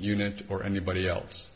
unit or anybody else